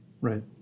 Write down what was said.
Right